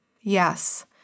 Yes